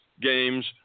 games